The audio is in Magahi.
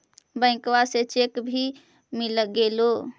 बैंकवा से चेक भी मिलगेलो?